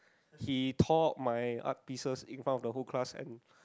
he told my art pieces in front of the whole class and